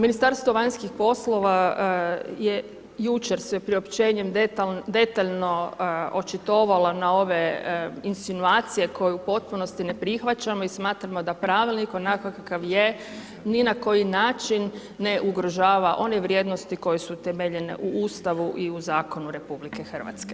Ministarstvo vanjskih poslova je jučer sa priopćenjem detaljno očitovalo na ove insinuacije koje u potpunosti ne prihvaćamo i smatramo da pravilnik onako kakav je, ni na koji način ne ugrožava one vrijednosti koje se temeljene u Ustavu i u zakonu RH.